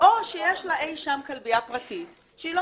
או שיש לה אי שם כלבייה פרטית שהיא לא